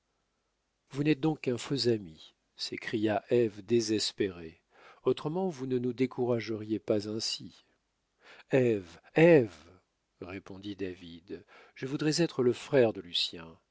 vous n'êtes donc qu'un faux ami s'écria ève désespérée autrement vous ne nous décourageriez pas ainsi ève ève répondit david je voudrais être le frère de lucien